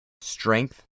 strength